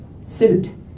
suit